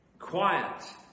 Quiet